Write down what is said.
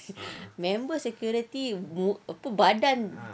member security apa badan